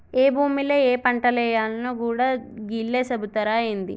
ఏ భూమిల ఏ పంటేయాల్నో గూడా గీళ్లే సెబుతరా ఏంది?